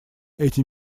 эти